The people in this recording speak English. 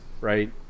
right